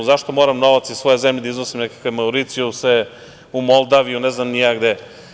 Zašto novac iz svoje zemlje da iznosim na nekakve mauricijuse, u Moldaviju, ne znam ni ja gde?